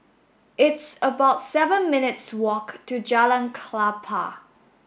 it's about seven minutes' walk to Jalan Klapa